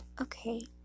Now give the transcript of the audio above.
Okay